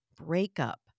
Breakup